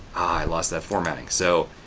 i lost that formatting. so,